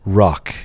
rock